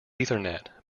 ethernet